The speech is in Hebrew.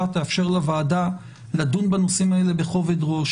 תאפשר לוועדה לדון בנושאים האלה בכובד ראש,